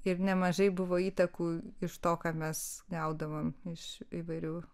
ir nemažai buvo įtakų iš to ką mes gaudavom iš įvairių